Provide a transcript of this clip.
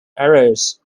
errors